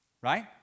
right